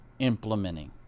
Implementing